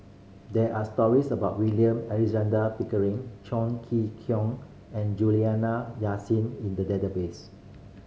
there are stories about William Alexander Pickering Chong Kee and Juliana Yasin in the database